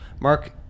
Mark